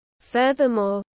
Furthermore